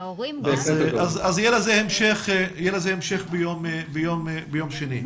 אם כן, יהיה לזה המשך ביום שני.